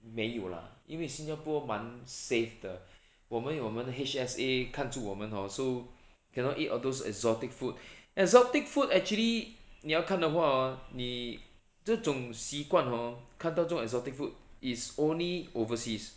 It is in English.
没有啦因为新加坡蛮 safe 的我们有我们 H_S_A 看住我们 hor so cannot eat all those exotic food exotic food actually 你要看的话 hor 你这种习惯 hor 看到这种 exotic food is only overseas